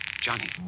Johnny